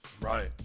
Right